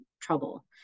trouble